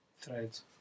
Threads